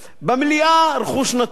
במליאה, רכוש נטוש,